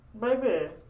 baby